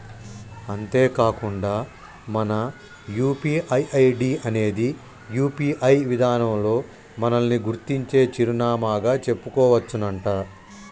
అంతేకాకుండా మన UPI ID అనేది యూ.పీ.ఐ విధానంలో మనల్ని గుర్తించే చిరునామాగా చెప్పుకోవచ్చునంట